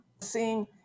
Seeing